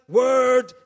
word